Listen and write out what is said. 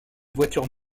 voitures